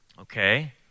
okay